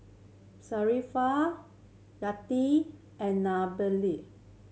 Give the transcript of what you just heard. Yati and